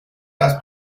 las